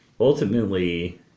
ultimately